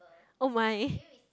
oh mine